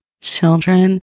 children